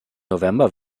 november